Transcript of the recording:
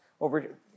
over